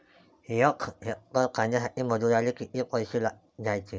यक हेक्टर कांद्यासाठी मजूराले किती पैसे द्याचे?